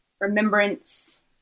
Remembrance